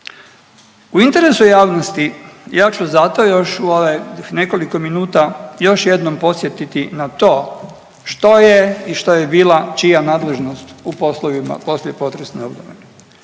u interesu javnosti ja ću zato još u ove nekoliko minuta još jednom podsjetiti na to što je i što je bila čija nadležnost u poslovima poslije potresne obnove.